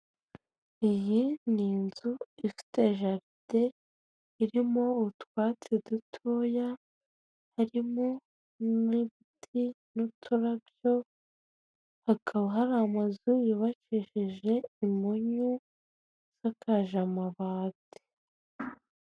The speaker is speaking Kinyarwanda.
Iyi ni inzu ifite jaride irimo utwatsi dutoya, harimo, ibiti n'uturabyo hakaba hari amazu yubakishijeje impunyu asakaje amabati.